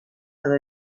cada